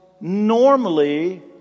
normally